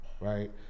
right